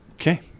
Okay